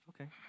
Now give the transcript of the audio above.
Okay